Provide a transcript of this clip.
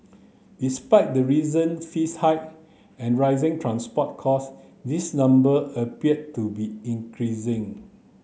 despite the recent fees hike and rising transport cost this number appear to be increasing